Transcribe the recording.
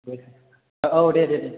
दे औ दे दे दे